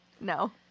no